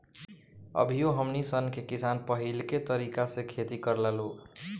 अभियो हमनी सन के किसान पाहिलके तरीका से खेती करेला लोग